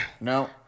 no